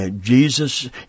Jesus